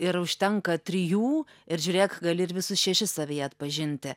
ir užtenka trijų ir žiūrėk gali ir visus šešis savyje atpažinti